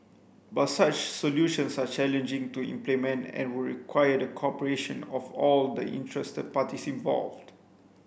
but such solutions are challenging to implement and would require the cooperation of all the interested parties involved